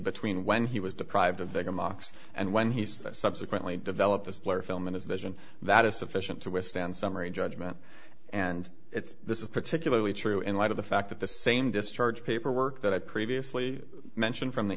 between when he was deprived of the mocks and when he said subsequently develop this film in his vision that is sufficient to withstand summary judgment and it's this is particularly true in light of the fact that the same discharge paperwork that i previously mentioned from the